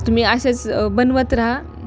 तुम्ही असेच बनवत रहा